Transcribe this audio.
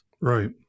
Right